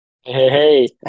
hey